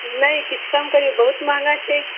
नहि किछु कम करियौ बहुत महँगा छै